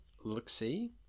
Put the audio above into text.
look-see